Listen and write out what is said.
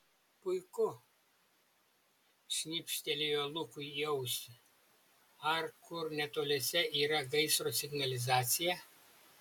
puiku šnibžtelėjo lukui į ausį ar kur netoliese yra gaisro signalizacija